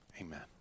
amen